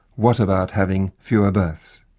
what about having fewer births?